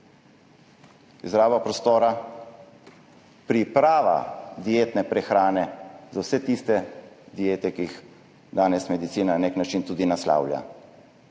izraba prostora, priprava dietne prehrane za vse tiste diete, ki jih danes medicina na nek način tudi naslavlja,